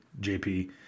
JP